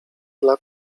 dla